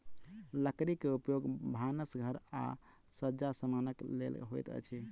लकड़ी के उपयोग भानस घर आ सज्जा समानक लेल होइत अछि